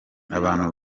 abantu